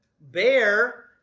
bear